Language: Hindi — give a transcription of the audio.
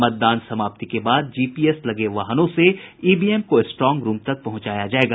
मतदान समाप्ति के बाद जीपीएस लगे वाहनों से ईवीएम को स्ट्रांग रूम तक पहुंचाया जायेगा